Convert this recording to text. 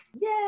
Yay